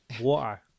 water